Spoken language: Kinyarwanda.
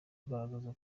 agaragaza